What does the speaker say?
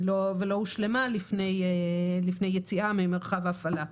ולא הושלמה לפני יציאה ממרחב ההפעלה.